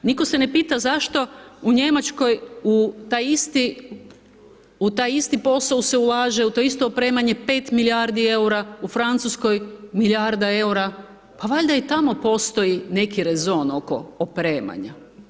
Nitko se ne pita zašto u Njemačkoj, u taj isti posao se ulaže u to isto opremanje 5 milijardi eura, u Francuskoj milijarda eura, pa valjda i tamo postoji neki rezon oko opremanja.